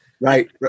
Right